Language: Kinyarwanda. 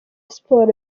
siporo